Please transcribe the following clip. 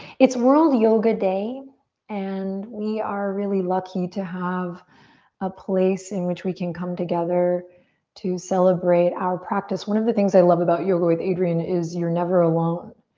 it's world yoga day and we are really lucky to have a place in which we can come together to celebrate our practice. one of the things i love about yoga with adriene is you're never alone.